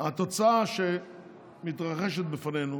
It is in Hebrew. התוצאה שמתרחשת לפנינו